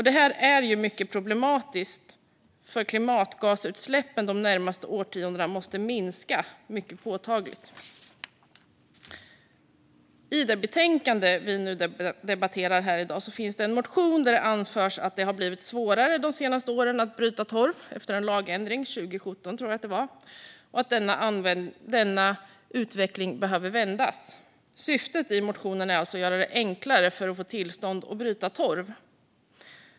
Detta är mycket problematiskt, för klimatgasutsläppen de närmaste årtiondena måste minska mycket påtagligt. I det betänkande vi debatterar i dag behandlas en motion där det anförs att det de senaste åren har blivit svårare att bryta torv efter en lagändring - 2017 tror jag att det var - och att denna utveckling behöver vändas. Syftet med motionen är alltså att göra det enklare att få tillstånd att bryta torv.